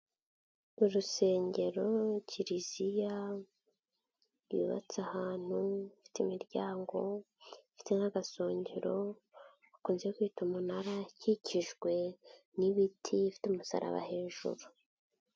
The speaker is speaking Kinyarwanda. Urusengero, kiliziya yubatse ahantu, ifite imiryango, ifite n'agasongero, bakunze kwita umunara, kikijwe n'ibiti, ifite umusaraba hejuru.